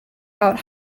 out